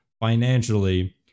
financially